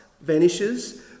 vanishes